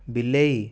ବିଲେଇ